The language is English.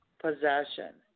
possession